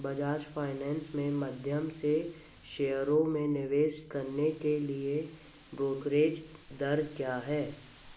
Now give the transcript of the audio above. Bajaj finance के माध्यम से शेयरों में निवेश करने के लिए ब्रोकरेज दर क्या है